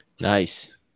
Nice